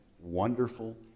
wonderful